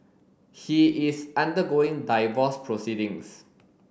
he is undergoing divorce proceedings